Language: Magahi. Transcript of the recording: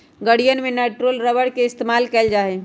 गड़ीयन में नाइट्रिल रबर के इस्तेमाल कइल जा हई